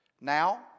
Now